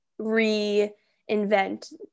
reinvent